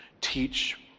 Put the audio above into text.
Teach